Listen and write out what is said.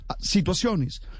situaciones